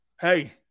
Hey